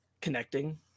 connecting